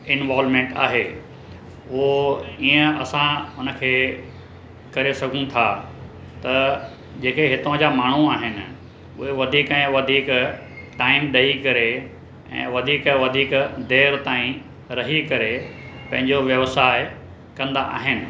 involvement आहे उहो ईअं असां उन खे करे सघूं था त जेके हितो जा माण्हू आहिनि उहे वधीक ऐं वधीक टाइम ॾेई करे ऐं वधीक वधीक देरु ताईं रही करे पंहिंजो व्यवसाय कंदा आहिनि